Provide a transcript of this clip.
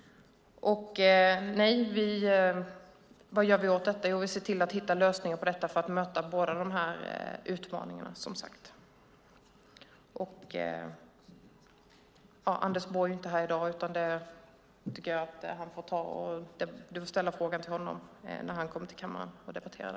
Vad gör vi åt detta? Jo, vi ser till att hitta lösningar för att möta båda de här utmaningarna, som sagt. Anders Borg är inte här i dag, så du får ställa frågan till honom när han kommer hit till kammaren och debatterar.